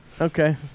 Okay